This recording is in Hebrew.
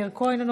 מאיר כהן,